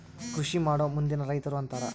ಕೃಷಿಮಾಡೊ ಮಂದಿನ ರೈತರು ಅಂತಾರ